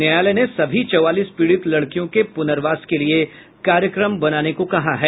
न्यायालय ने सभी चौवालीस पीड़ित लड़कियों के पुर्नवास के लिए कार्यक्रम बनाने को कहा है